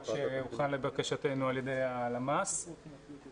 שהוכן לבקשתנו על ידי הלשכה המרכזית לסטטיסטיקה.